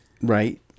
Right